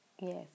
Yes